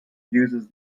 uses